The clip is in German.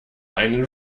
einen